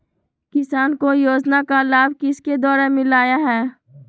किसान को योजना का लाभ किसके द्वारा मिलाया है?